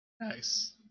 Nice